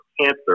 cancer